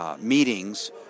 meetings